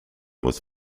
was